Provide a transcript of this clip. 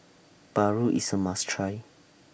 Paru IS A must Try